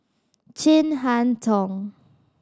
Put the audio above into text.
Chin Harn Tong